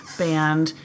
band